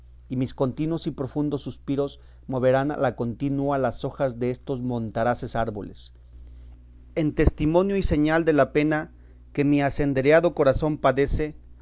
y mis continos y profundos sospiros moverán a la contina las hojas destos montaraces árboles en testimonio y señal de la pena que mi asendereado corazón padece